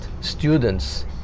students